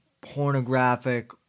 pornographic